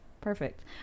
Perfect